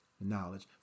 knowledge